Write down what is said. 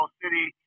city